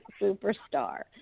Superstar